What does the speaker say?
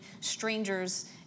strangers